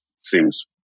seems